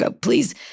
Please